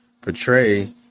portray